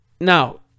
Now